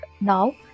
now